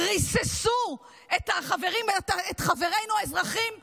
ריססו את חברינו האזרחים במסיבה.